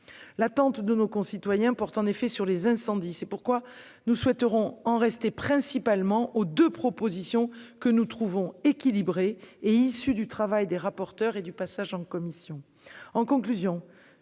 L'attente de nos concitoyens porte en effet sur les incendies : c'est pourquoi nous souhaitons en rester principalement aux deux propositions, que nous trouvons équilibrées et qui sont issues du travail des rapporteurs et du passage du texte en commission.